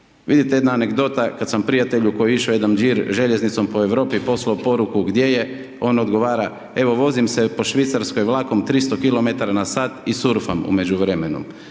Vidite jedna anegdota, kada sam prijatelju koji je išao jedan đir željeznicom po Europi, poslao poruku gdje je on odgovara, evo vozim se po Švicarskoj vlakom 300 km/h i surfam u međuvremenu.